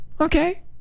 Okay